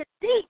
deep